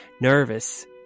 Nervous